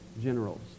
generals